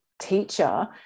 teacher